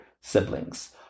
siblings